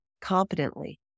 competently